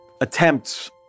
attempts